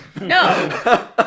No